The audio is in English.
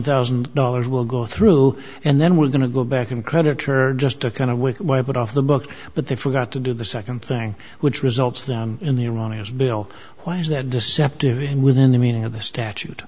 thousand dollars will go through and then we're going to go back and creditor just to kind of we can wipe it off the books but they forgot to do the second thing which results in the iranians bill why is that deceptive in within the meaning of the statute